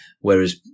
whereas